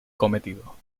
cometido